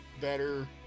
better